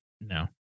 No